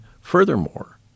furthermore